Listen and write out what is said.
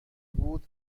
بود